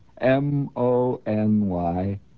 M-O-N-Y